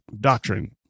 doctrine